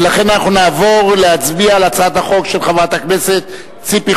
ולכן אנחנו נעבור להצביע על הצעת החוק של חברת הכנסת ציפי